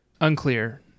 Unclear